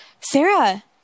sarah